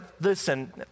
listen